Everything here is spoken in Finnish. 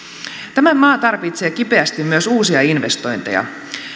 tämä maa tarvitsee kipeästi myös uusia investointeja